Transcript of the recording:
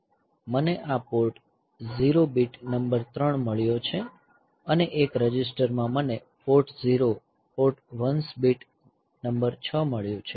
મને આ port 0 bit number 3 મળ્યો છે અને એક રજિસ્ટરમાં મને port 0 port 1s bit number 6 મળ્યો છે